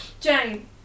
Jane